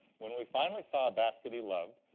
when we finally saw a basket he loved,